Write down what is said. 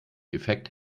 effekt